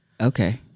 Okay